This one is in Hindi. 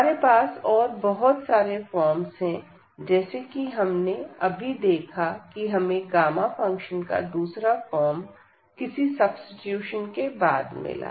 हमारे पास और बहुत सारे फॉर्म्स हैं जैसे कि हमने अभी देखा कि हमें गामा फंक्शन का दूसरा फॉर्म किसी सब्सीट्यूशन के बाद मिला